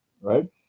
right